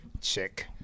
Check